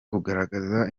kugaragaza